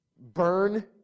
burn